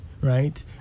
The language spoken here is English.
right